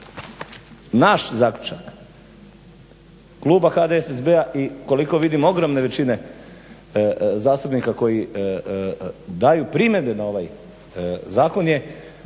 Naš zaključak, kluba HDSSB-a i koliko vidim ogromne većine zastupnika koji daju primjedbe na ovaj zakon je